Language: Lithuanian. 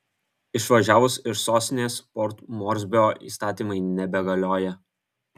išvažiavus iš sostinės port morsbio įstatymai nebegalioja